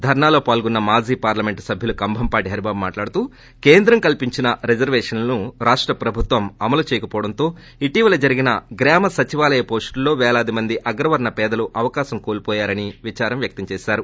ధర్నాలో పాల్గొన్న మాజీ పార్లమెంట్ సభ్యుడు హరిబాబు మాట్లాడుతూ కేంద్రం కల్సించిన రిజర్యేషన్లను రాష్ట ప్రభుత్వం అమలు చేయకపోవడంతో ఇటీవల జరిగిన గ్రామ సచివాలయ వోస్టుల్లో వేలాదిమంది అగ్రవర్లపేదలు అవకాశం కోల్స్ యారని విచారం వ్యక్తం చేశారు